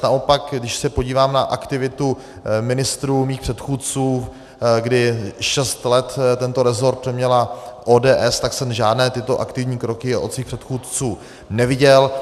Naopak, když se podívám na aktivitu ministrů, svých předchůdců, kdy šest let tento resort měla ODS, tak jsem žádné tyto aktivní kroky od svých předchůdců neviděl.